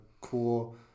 cool